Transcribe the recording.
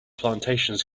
plantations